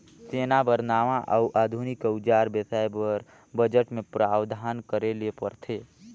सेना बर नावां अउ आधुनिक अउजार बेसाए बर बजट मे प्रावधान करे ले परथे